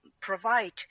provide